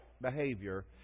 behavior